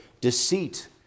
deceit